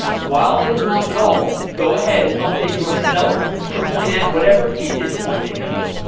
while it is not null, go ahead and update yourself to point at whatever it is pointing at.